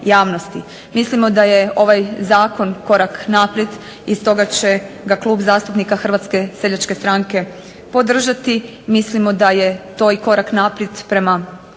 Mislimo da je ovaj zakon korak naprijed i stoga će ga Klub zastupnika Hrvatske seljačke stranke podržati. Mislimo da je to i korak naprijed prema neovisnosti